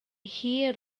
hir